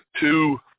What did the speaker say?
two